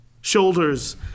Shoulders